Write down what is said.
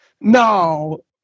no